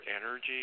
energy